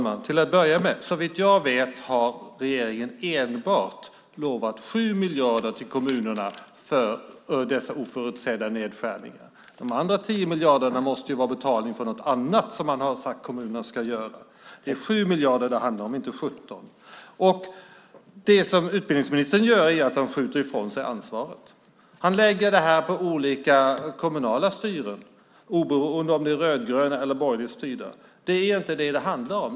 Fru talman! Såvitt jag vet har regeringen lovat enbart 7 miljarder till kommunerna för dessa oförutsedda nedskärningar. De andra 10 miljarderna måste vara betalning för någonting annat som man har sagt att kommunerna ska göra. Det är 7 miljarder som det handlar om och inte 17 miljarder. Utbildningsministern skjuter ifrån sig ansvaret. Han lägger detta på olika kommunala styren oberoende av om det är rödgröna eller borgerligt styrda kommuner. Det är inte det som det handlar om.